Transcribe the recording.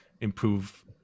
improve